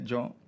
John